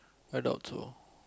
I doubt so